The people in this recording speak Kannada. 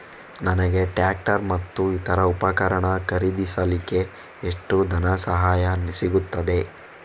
ನನಗೆ ಟ್ರ್ಯಾಕ್ಟರ್ ಮತ್ತು ಇತರ ಉಪಕರಣ ಖರೀದಿಸಲಿಕ್ಕೆ ಎಷ್ಟು ಧನಸಹಾಯ ಸಿಗುತ್ತದೆ?